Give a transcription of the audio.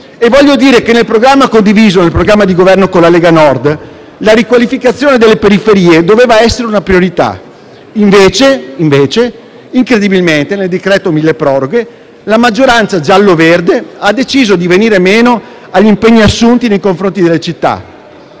Voglio dire che nel programma di Governo condiviso con la Lega Nord, la riqualificazione delle periferie doveva essere una priorità e invece, incredibilmente, nel decreto milleproroghe la maggioranza giallo-verde ha deciso di venire meno agli impegni assunti nei confronti delle città,